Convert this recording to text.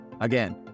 Again